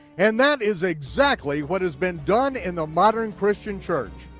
and that is exactly what has been done in the modern christian church.